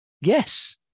Yes